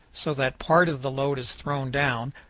so that part of the load is thrown down,